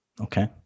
okay